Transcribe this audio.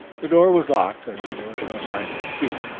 the door was locked and there was no sign of a key.